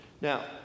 Now